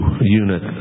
unit